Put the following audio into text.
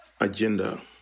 agenda